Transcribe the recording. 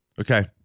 Okay